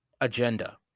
agenda